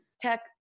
Tech